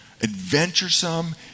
adventuresome